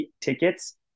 tickets